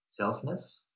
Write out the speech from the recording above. selfness